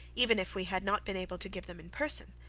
even if we had not been able to give them in person.